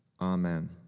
Amen